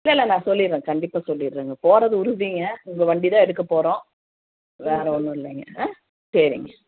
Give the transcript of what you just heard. இல்லை இல்லை நான் சொல்லிடுறேன் கண்டிப்பாக சொல்லிடுறேன்ங்க போகறது உறுதிங்க உங்கள் வண்டி தான் எடுக்க போகறோம் வேறு ஒன்றும் இல்லைங்க ஆ சரிங்க